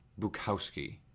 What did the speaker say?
Bukowski